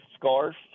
scarf